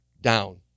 down